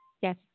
Yes